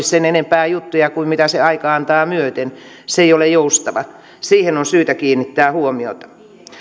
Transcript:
sen enempää juttuja kuin mitä se aika antaa myöten se ei ole joustava siihen on syytä kiinnittää huomioita